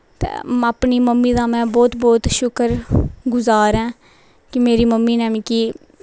ते अपनी मम्मी दा में बौह्त बौह्त शुकर गजार आं कि मेरी मम्मी नै मिगी